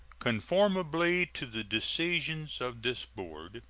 conformably to the decisions of this board,